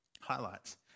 highlights